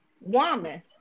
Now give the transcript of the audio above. woman